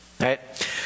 right